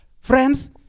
Friends